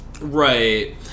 Right